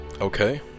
Okay